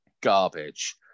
garbage